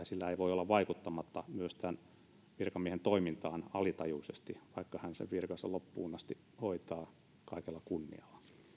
sillä ei voi olla vaikuttamatta myös tämän virkamiehen toimintaan alitajuisesti vaikka hän sen virkansa loppuun asti hoitaa kaikella kunnialla